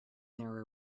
their